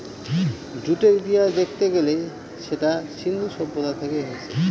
জুটের ইতিহাস দেখতে গেলে সেটা সিন্ধু সভ্যতা থেকে এসেছে